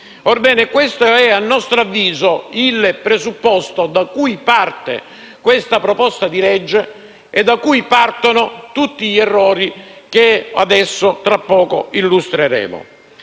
Orbene, questo è a nostro avviso il presupposto da cui parte questa proposta di legge e da cui partono tutti gli errori che tra poco illustrerò.